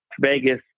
Vegas